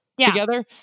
together